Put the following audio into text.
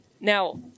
Now